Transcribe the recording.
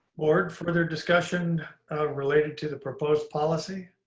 more further discussion related to the proposed policy?